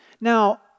Now